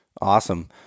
Awesome